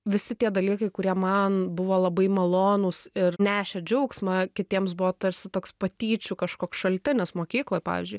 visi tie dalykai kurie man buvo labai malonūs ir nešė džiaugsmą kitiems buvo tarsi toks patyčių kažkoks šaltinis mokykloj pavyzdžiui